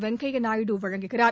வெங்கைய நாயுடு வழங்குகிறார்